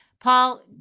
Paul